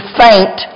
faint